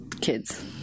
kids